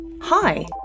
Hi